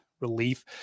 Relief